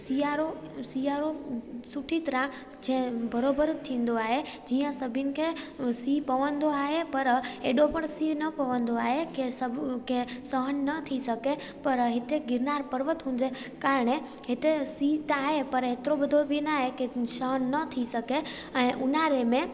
सिआरो सिआरो सुठी तरह जैं बराबरि थींदो आहे जीअं सभिनि खे सीउ पवंदो आहे पर एॾो पण सीउ न पवंदो आहे की सभु कंहिं सहन न थी सघे पर हिते गिरनार पर्वत हूंदो आहे का हाणे हिते सीउ त आहे पर हेतिरो बि तो न आहे की सहन न थी सघे ऐं ऊन्हारे में